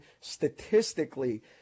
statistically